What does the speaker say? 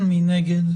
מי נגד?